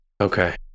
okay